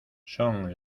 son